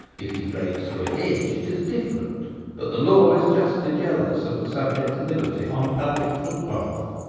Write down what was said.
if he breaks through a hedge it is different but the law is justly jealous of the subject's liberty on a public foot path,